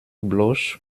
bloche